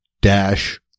dash